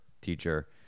teacher